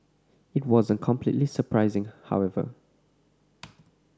it wasn't completely surprising however